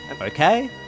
Okay